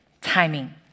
timing